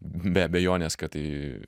be abejonės kad tai